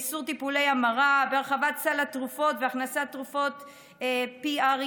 באיסור טיפולי המרה והרחבת סל התרופות והכנסת תרופת PrEP,